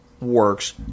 works